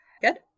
good